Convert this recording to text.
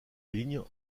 ligne